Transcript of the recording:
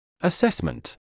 Assessment